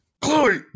Chloe